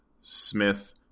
Smith